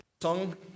song